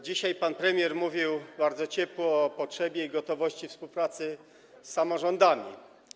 Dzisiaj pan premier mówił bardzo ciepło o potrzebie i gotowości współpracy z samorządami.